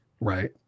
Right